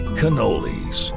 cannolis